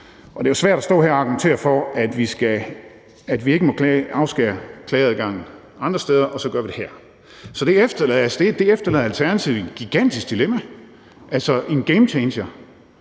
Det er svært at stå her og argumentere for, at vi ikke må afskære klageadgangen andre steder, mens vi så gør det her. Det efterlader Alternativet i et gigantisk dilemma, altså en game changer.